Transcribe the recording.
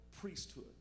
priesthood